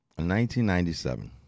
1997